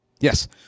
Yes